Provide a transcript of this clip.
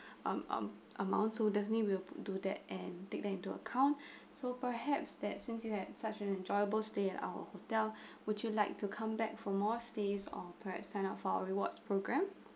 um um amount so definitely will do that and take them into account so perhaps that since you had such an enjoyable stay at our hotel would you like to come back for more stays or perhaps sign up for our rewards programme